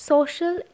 Social